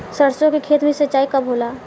सरसों के खेत मे सिंचाई कब होला?